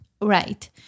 right